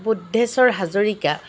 Budheswar Hazarika